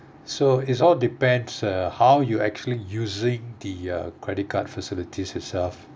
so it's all depends uh how you actually using the uh credit card facilities itself